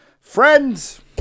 Friends